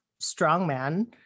strongman